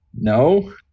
No